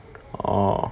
orh